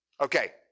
Okay